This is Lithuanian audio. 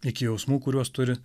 iki jausmų kuriuos turi